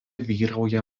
vyrauja